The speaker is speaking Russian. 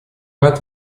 рад